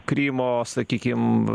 krymo sakykim